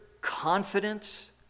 confidence